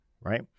Right